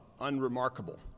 unremarkable